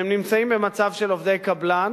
שנמצאים במצב של עובדי קבלן,